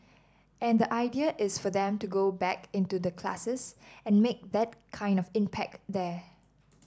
and the idea is for them to go back into the classes and make that kind of impact there